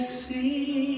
see